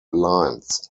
lines